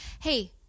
Hey